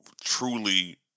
truly